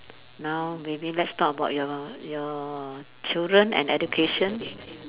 now maybe let's talk about your your children and education